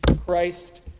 Christ